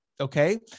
Okay